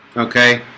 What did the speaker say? okay,